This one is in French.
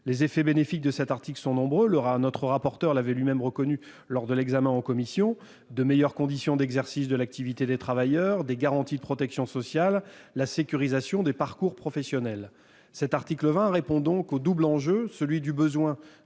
Les effets bénéfiques de cet article sont nombreux, le rapporteur l'avait lui-même reconnu lors de l'examen en commission : de meilleures conditions d'exercice de l'activité des travailleurs, des garanties de protection sociale, la sécurisation des parcours professionnels. Cet article répond donc à un double enjeu : le besoin